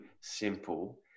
simple